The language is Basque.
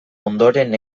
ondoren